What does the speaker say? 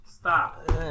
Stop